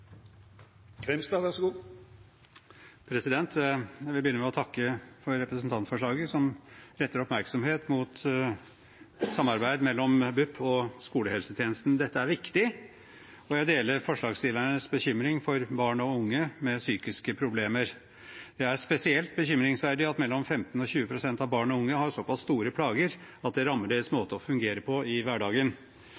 Jeg vil begynne med å takke for representantforslaget, som retter oppmerksomhet mot samarbeid mellom BUP og skolehelsetjenesten. Dette er viktig, og jeg deler forslagsstillernes bekymring for barn og unge med psykiske problemer. Det er spesielt bekymringsfullt at mellom 15 og 20 pst. av barn og unge har såpass store plager at det rammer deres